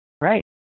right